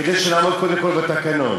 כדי שנעמוד קודם כול בתקנון.